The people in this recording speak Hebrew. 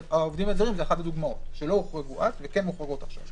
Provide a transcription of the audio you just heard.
העובדים הזרים זו אחת הדוגמאות שלא הוחרגו אז וכן מוחרגים עכשיו.